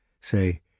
say